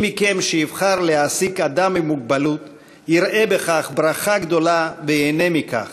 מי מכם שיבחר להעסיק אדם עם מוגבלות יראה בכך ברכה גדולה וייהנה מכך.